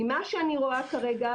ממה שאני רואה כרגע,